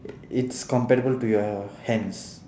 it's comparable to your hands